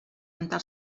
rentar